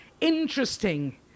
interesting